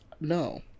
no